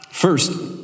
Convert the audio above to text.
First